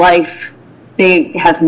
life they have